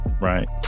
Right